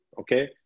okay